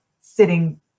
sitting